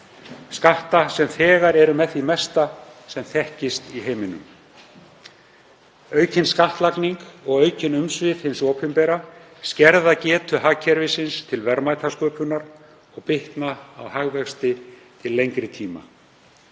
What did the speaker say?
skatta sem þegar eru með því mesta sem þekkist í heiminum. Aukin skattlagning og aukin umsvif hins opinbera skerða getu hagkerfisins til verðmætasköpunar og bitna á hagvexti til lengri tíma.